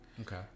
Okay